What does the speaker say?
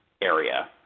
area